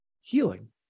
Healing